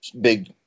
big